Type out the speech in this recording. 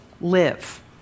live